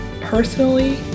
personally